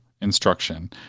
instruction